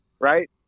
right